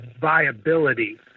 viability